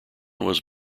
was